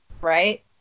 right